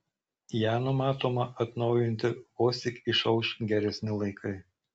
ją numatoma atnaujinti vos tik išauš geresni laikai